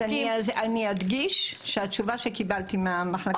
אני אדגיש שהתשובה שקיבלתי מהמחלקה